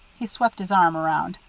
he swept his arm around.